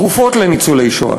תרופות לניצולי השואה,